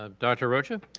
ah dr. rocha?